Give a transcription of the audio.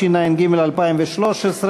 התשע"ג 2013,